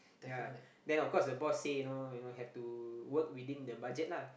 ya then of course the boss say you know you know have to work within the budget lah